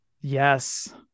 Yes